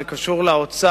זה קשור לאוצר,